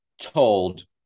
told